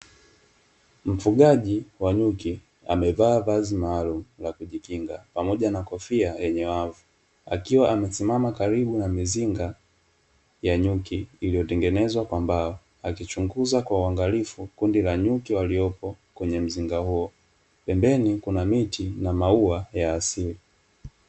Mfugaji wa nyuki, amevaa vazi maalumu la kujikinga pamoja na kofia yenye wavu, akiwa amesimama karibu na mizinga ya nyuki iliyotengenezwa kwa mbao, akichunguza kwa uangalifu kundi la nyuki waliopo kwenye mzinga huo, pembeni kuna miti na maua ya asili.